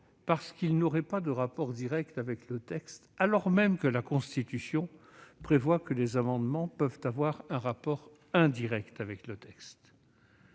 motif qu'ils n'auraient pas de rapport direct avec le texte, alors même que la Constitution prévoit que les amendements peuvent avoir avec lui un rapport indirect ? Je vous